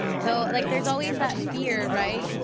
so and like there's always that fear, right?